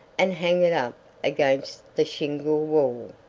and hang it up against the shingle wall.